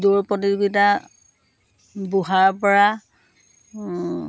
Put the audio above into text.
দৌৰ প্ৰতিযোগিতা বুঢ়াৰ পৰা